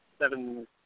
seven